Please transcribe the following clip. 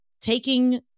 taking